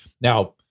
Now